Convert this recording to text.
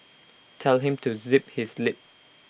tell him to zip his lip